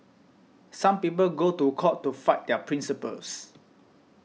some people go to court to fight their principles